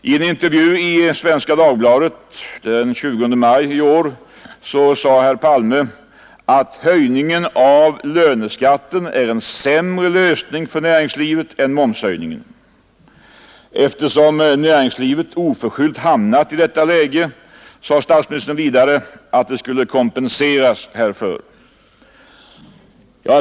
I en intervju i Svenska Dagbladet den 20 maj i år sade herr Palme att höjningen av löneskatten är en sämre lösning för näringslivet än momshöjningen. Eftersom näringslivet oförskyllt hamnat i detta läge, sade statsministern vidare, skulle det kompenseras härför.